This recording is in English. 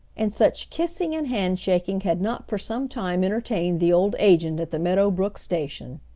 and such kissing and handshaking had not for some time entertained the old agent at the meadow brook station.